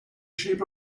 sheep